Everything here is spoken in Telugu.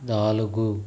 నాలుగు